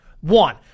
one